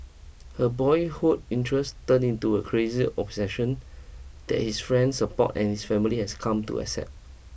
her boyhood interest turned into a crazy obsession that his friends support and his family has come to accept